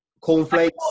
cornflakes